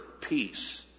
peace